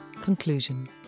Conclusion